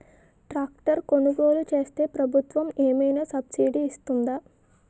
Tractor కొనుగోలు చేస్తే ప్రభుత్వం ఏమైనా సబ్సిడీ ఇస్తుందా?